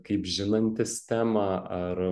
kaip žinantis temą ar